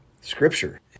scripture